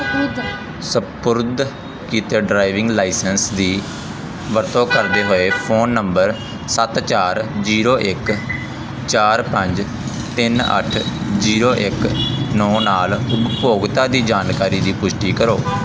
ਸਪੁਰਦ ਕੀਤੇ driving license ਦੀ ਵਰਤੋਂ ਕਰਦੇ ਹੋਏ ਫ਼ੋਨ ਨੰਬਰ ਸੱਤ ਚਾਰ ਜ਼ੀਰੋ ਇੱਕ ਚਾਰ ਪੰਜ ਤਿੰਨ ਅੱਠ ਜ਼ੀਰੋ ਇੱਕ ਨੌਂ ਨਾਲ ਉਪਭੋਗਤਾ ਦੀ ਜਾਣਕਾਰੀ ਦੀ ਪੁਸ਼ਟੀ ਕਰੋ